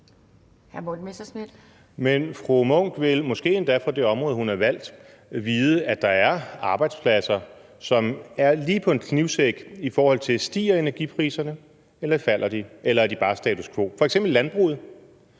Men fru Signe Munk vil måske endda ud fra det område, hvor hun er valgt, vide, at der er arbejdspladser, som balancerer på en knivsæg, i forhold til om energipriserne stiger eller falder, eller om de bare er status quo. Det gælder f.eks. landbruget.